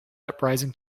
uprising